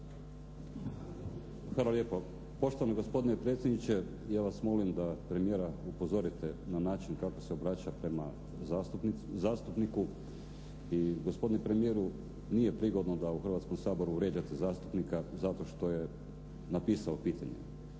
lijepo. Poštovani gospodine predsjedniče, ja vas molim da premijera upozorite na način kako se obraća prema zastupniku i gospodine premijeru nije prigodno da u Hrvatskom saboru vrijeđate zastupnika zato što je napisao pitanje.